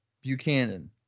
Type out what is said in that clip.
Buchanan